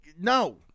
no